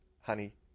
honey